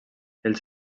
els